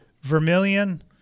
Vermilion